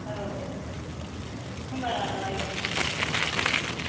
औ होनबालाय